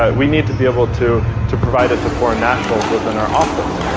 ah we need to be able to to provide it to foreign nationals within our office?